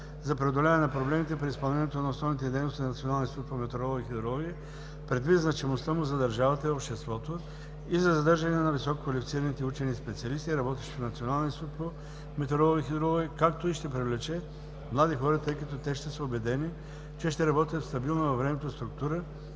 за преодоляване на проблемите при изпълнението на основните дейности на Националния институт по метеорология и хидрология предвид значимостта му за държавата и обществото и за задържане на висококвалифицираните учени и специалисти, работещи в Националния институт по метеорология и хидрология, както и ще привлече млади хора, тъй като те ще са убедени, че ще работят в стабилна във времето структура